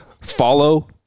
follow